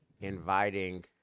inviting